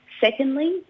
Secondly